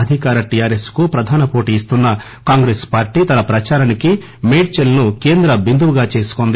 అధికార టీఆర్ఎస్ కు ప్రధాన పోటీ ఇస్తున్న కాంగ్రెస్ పార్టీ తన ప్రదారానికి మేడ్చల్ ను కేంద్ర బిందువుగా చేసుకొంది